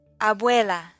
Abuela